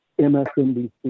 MSNBC